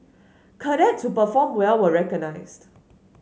cadets who performed well were recognised